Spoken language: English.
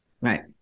Right